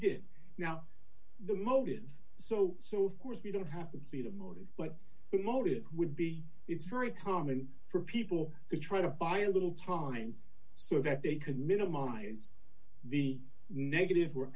did now the motive so so course we don't have to be the motive but the motive would be it's very common for people to try to buy a little time so that they could minimize the negative